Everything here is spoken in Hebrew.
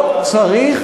לא לגעת,